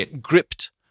gripped